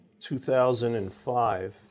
2005